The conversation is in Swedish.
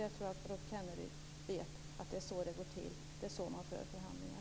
Jag tror att Rolf Kenneryd vet att det är så det går till. Det är så man för förhandlingar.